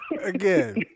Again